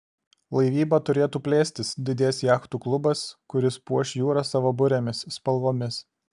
laivyba turėtų plėstis didės jachtų klubas kuris puoš jūrą savo burėmis spalvomis